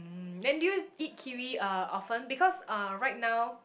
mm then do you eat kiwi uh often because uh right now